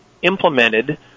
implemented